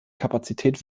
kapazität